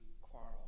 quarrel